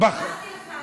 אמרתי לך,